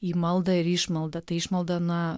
į maldą ir išmaldą tai išmalda na